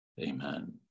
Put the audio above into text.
Amen